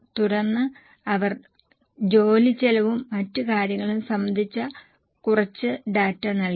തുടർന്ന് അവർ ജോലിച്ചെലവും മറ്റ് കാര്യങ്ങളും സംബന്ധിച്ച കുറച്ച് ഡാറ്റ നൽകി